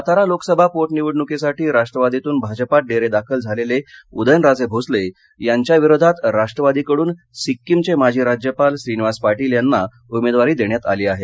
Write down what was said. सातारा लोकसभा पोटनिवडणुकीसाठी राष्ट्रवादीतून भाजपात डेरेदाखल झालेले उदयनराजे भोसले यांच्या विरोधात राष्ट्रवादी कडून सिक्कीमचे माजी राज्यपाल श्रीनिवास पाटील यांना उमेदवारी देण्यात आली आहे